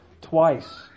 twice